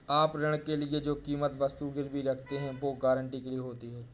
आप ऋण के लिए जो कीमती वस्तु गिरवी रखते हैं, वो गारंटी के लिए होती है